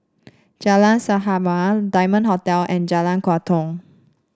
Jalan Sahabat Diamond Hotel and Jalan Tua Kong